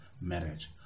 marriage